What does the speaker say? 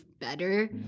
better